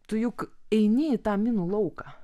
tu juk eini į tą minų lauką